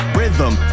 rhythm